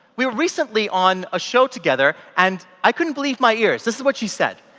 we were recently on a show together and i couldn't believe my ears, this is what she said.